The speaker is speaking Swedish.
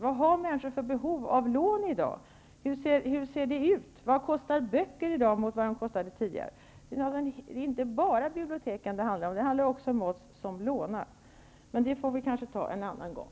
Vilka behov av lån har människor i dag och hur ser de behoven ut? Vad kostar böcker i dag mot vad de kostade tidigare? Det är inte bara biblioteken det handlar om. Det handlar också om oss som lånar. Men det får vi kanske ta upp en annan gång.